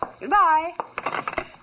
Goodbye